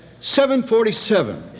747